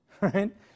right